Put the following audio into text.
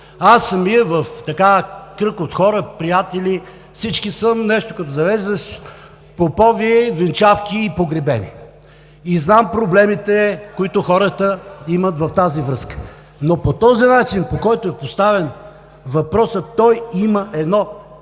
Аз самият в кръг от хора, от приятели, за всички тях съм нещо като завеждащ попове, венчавки, погребения и знам проблемите, които хората имат в тази връзка, но по този начин, по който е поставен въпросът, той има едно